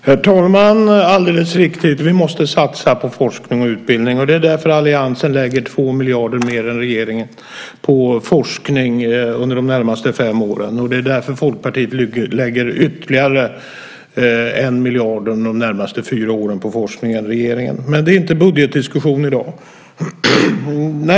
Herr talman! Alldeles riktigt, vi måste satsa på forskning och utbildning. Det är därför alliansen lägger 2 miljarder mer än regeringen på forskning under de närmaste fem åren, och det är därför Folkpartiet lägger ytterligare 1 miljard mer än regeringen på forskning under de närmaste fyra åren. Men vi har ingen budgetdiskussion i dag.